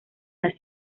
las